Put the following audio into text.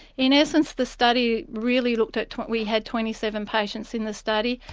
in essence the study really looked at we had twenty seven patients in the study,